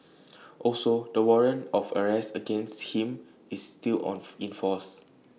also the warrant of arrest against him is still in force